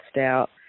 out